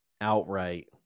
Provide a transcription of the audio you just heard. outright